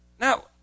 Now